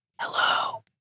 hello